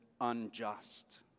unjust